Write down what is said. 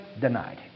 denied